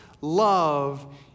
love